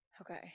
okay